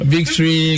Victory